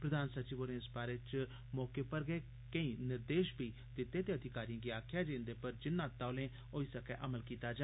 प्रधान सचिव होरें इस बारे च मौके पर गै केईं निर्देश बी दित्ते ते अधिकारिएं गी आक्खेआ जे इंदे पर जिन्ना तौले होई सकै अमल कीता जा